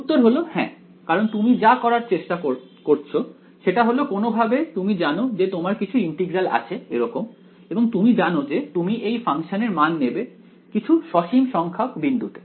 উত্তর হলো হ্যাঁ কারণ তুমি যা করার চেষ্টা করছ সেটা হলো কোনভাবে তুমি জানো যে তোমার কিছু ইন্টিগ্র্যাল আছে এরকম এবং তুমি জানো যে তুমি এই ফাংশনের মান নেবে কিছু সসীম সংখ্যক বিন্দুতে